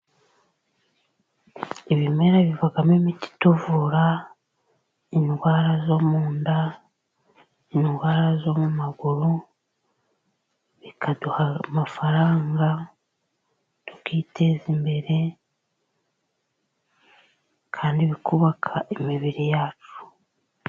Ibimera bivamo imiti ituvura indwara zo mu nda, indwara zo mu maguru, bikaduha amafaranga tukiteza imbere kandi bikubaka imibiri yacu.